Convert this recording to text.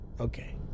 okay